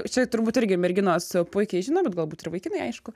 čia turbūt irgi merginos puikiai žino bet galbūt ir vaikinai aišku